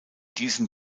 diesem